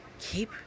Keep